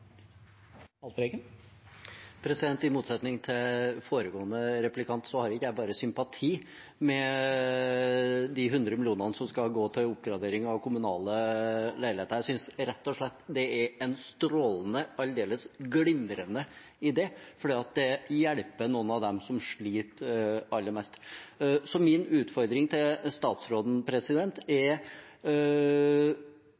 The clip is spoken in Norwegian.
I motsetning til foregående replikant har jeg ikke bare sympati med de 100 mill. kr som skal gå til oppgradering av kommunale leiligheter – jeg synes rett og slett det er en strålende og aldeles glimrende idé, fordi det hjelper noen av dem som sliter aller mest. Så min utfordring til statsråden er: